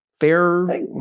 fair